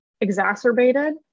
exacerbated